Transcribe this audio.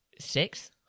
Six